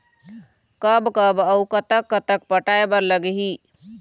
कब कब अऊ कतक कतक पटाए बर लगही